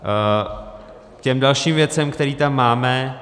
K těm dalším věcem, které tam máme.